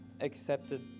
accepted